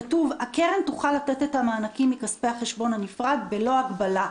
כתוב: " הקרן תוכל לתת את המענקים מכספי החשבון הנפרד בלא הגבלה,